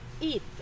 eat